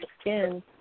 skin